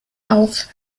auf